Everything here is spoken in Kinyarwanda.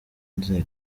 nzego